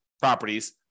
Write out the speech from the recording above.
properties